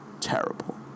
Terrible